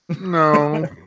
No